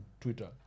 Twitter